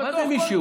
מה זה מישהו?